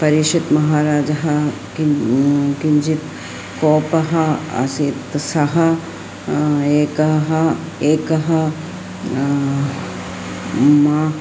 परीक्षितः महाराजः किं किञ्चित् कोपः आसीत् सः एकः एकः मा